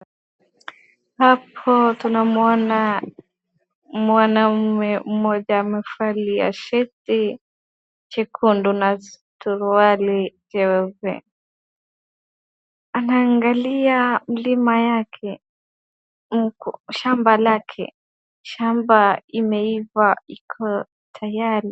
Hapo tunamuona mwanaume mmoja amevalia sheti jekundu na suruali jeupe. Anaangalia ulima yake huku shamba lake, shamba imeiva iko tayari.